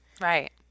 right